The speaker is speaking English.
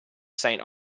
saint